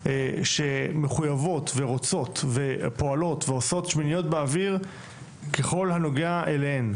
שמחויבות ורוצות ופועלות ועושות שמיניות באוויר ככל הנוגע אליהן,